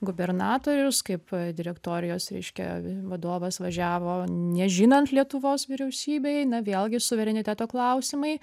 gubernatorius kaip direktorijos reiškia vadovas važiavo nežinant lietuvos vyriausybei na vėlgi suvereniteto klausimai